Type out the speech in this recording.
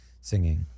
singing